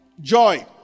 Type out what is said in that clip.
joy